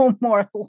more